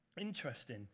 Interesting